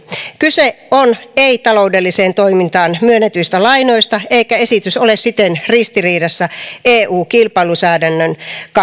kyse on ei taloudelliseen toimintaan myönnetyistä lainoista eikä esitys ole siten ristiriidassa eu kilpailulainsäädännön kanssa